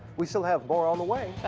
we still have more on the way.